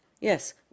Yes